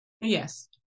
Yes